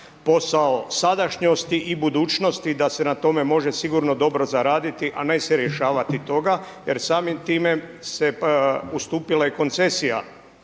posao sadašnjosti i budućnosti, da se na tome može sigurno dobro zaraditi, a ne se rješavati toga. Jer samim time se ustupila i koncesija